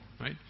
Right